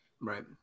Right